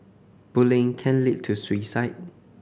bullying can lead to suicide